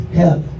hell